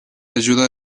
ayuda